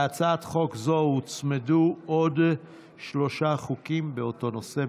להצעת חוק זו הוצמדו עוד שלושה חוקים באותו נושא.